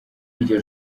iryo